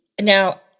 now